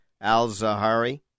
al-Zahari